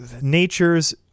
nature's